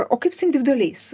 o kaip su individualiais